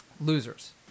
Losers